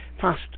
fast